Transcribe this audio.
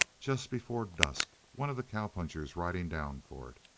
just before dusk, one of the cow-punchers riding down for it.